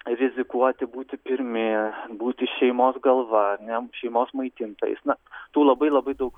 rizikuoti būti pirmi būti šeimos galva ar ne šeimos maitintojais na tų labai labai daug